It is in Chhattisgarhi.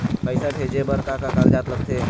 पैसा भेजे बार का का कागजात लगथे?